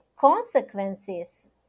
consequences